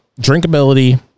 drinkability